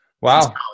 Wow